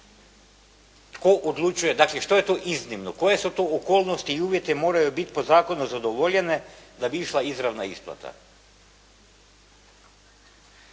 Tko odlučuje, dakle što je to iznimno? Koje su to okolnosti i uvjeti moraju biti po zakonu zadovoljene da bi išla izravna isplata?